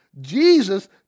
Jesus